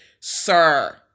Sir